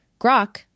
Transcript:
Grok